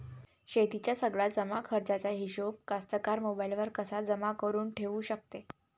शेतीच्या सगळ्या जमाखर्चाचा हिशोब कास्तकार मोबाईलवर कसा जमा करुन ठेऊ शकते?